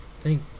Thank